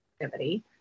activity